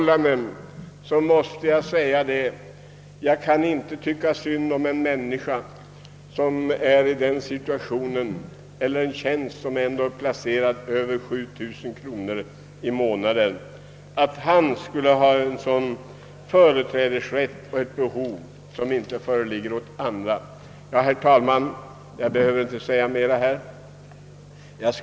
Under sådana förhållanden kan jag inte tycka så synd om en människa som har en tjänst som ger över 7.000 kronor i månaden, att jag tycker att han skulle få företrädesrätt till eller ha större behov av lönehöjning än andra. Herr talman! Jag behöver inte säga mer i denna fråga.